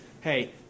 hey